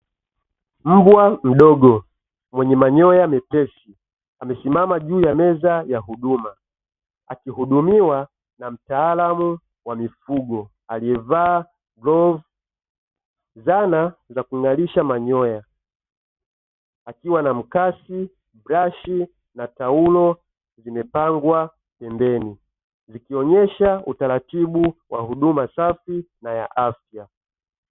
Mbwa mdogo mwenye manyoya mepesi amesimama juu ya meza ya huduma, akihudumiwa na mtaalamu wa mifugo aliyevaa glavu. Zana za kung’arisha manyoya akiwa na: mkasi, brashi na taulo; zilizopangwa pembeni zikionyesha utaratibu wa huduma safi na ya afya.